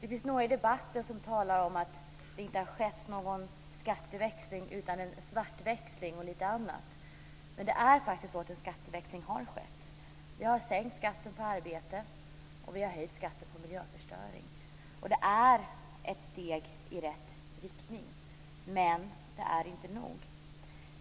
Det finns några i debatten som talar om att det inte har skett någon skatteväxling utan en svartväxling och lite annat. Men det har faktiskt skett en skatteväxling. Vi har sänkt skatten på arbete och höjt skatten på miljöförstöring. Det är ett steg i rätt riktning, men det är inte nog.